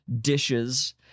dishes